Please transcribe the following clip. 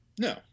No